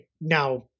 now